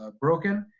ah broken,